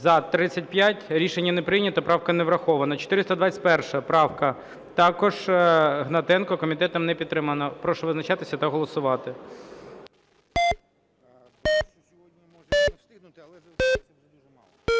За-35 Рішення не прийнято. Правка не врахована. 421 правка, також Гнатенко. Комітетом не підтримана. Прошу визначатися та голосувати.